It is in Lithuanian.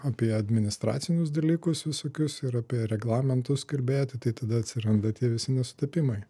apie administracinius dalykus visokius ir apie reglamentus kalbėti tai tada atsiranda tie visi nesutapimai